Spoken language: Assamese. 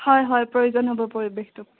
হয় হয় প্ৰয়োজন হ'ব পৰিৱেশটোৰ